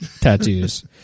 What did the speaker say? tattoos